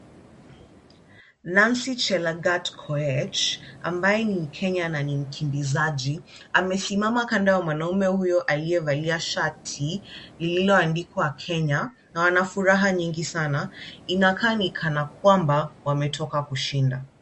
Nancy Chelagat Koech, ambaye ni mkenya na ni mkimbizaji, amesimama kando ya mwanaume huyo aliyevalia shati lililoandikwa Kenya na wana furaha nyingi sana. Inakaa ni kana kwamba wametoka kushinda.